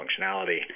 functionality